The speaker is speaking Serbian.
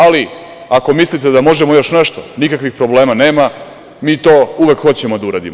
Ali, ako mislite da možemo još nešto, nikakvih problema nema, mi to uvek hoćemo da uradimo.